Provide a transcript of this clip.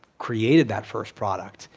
created that first product,